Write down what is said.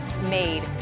Made